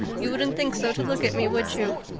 you wouldn't think so to look at me, would you?